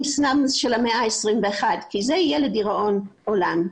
סלאמס של המאה ה-21 כי זה יהיה לדיראון עולם.